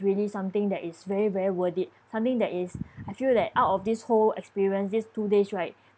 really something that is very very worth it something that is I feel that out of this whole experience this two days right